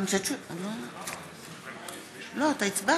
אתה הצבעת,